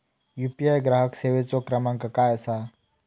UPI ग्राहक सेवेचो क्रमांक काय असा?